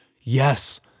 yes